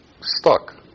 stuck